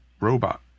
robot